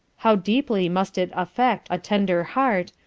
how deeply must it affect a tender heart,